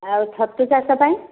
ଆଉ ଛତୁ ଚାଷ ପାଇଁ